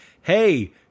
Hey